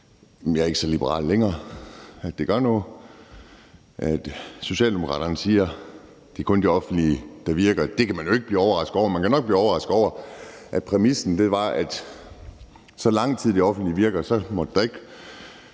Jeg er ikke længere så liberal, at det gør noget – at Socialdemokraterne siger, det kun er det offentlige, der virker, kan man jo ikke blive overrasket over. Men man kan nok bliver overrasket over, at præmissen her er, at så længe det offentlige virker, må der ikke